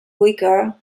weaker